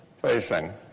facing